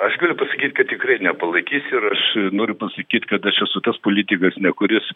aš galiu pasakyt kad tikrai nepalaikys ir aš noriu pasakyt kad aš esu tas politikas ne kuris